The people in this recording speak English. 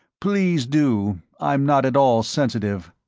please do. i'm not at all sensitive.